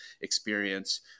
experience